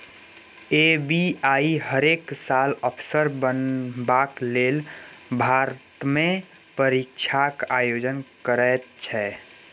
SBI हरेक साल अफसर बनबाक लेल भारतमे परीक्षाक आयोजन करैत छै